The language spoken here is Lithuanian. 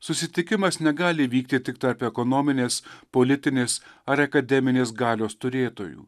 susitikimas negali vykti tik tarp ekonominės politinės ar akademinės galios turėtojų